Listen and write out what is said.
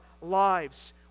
lives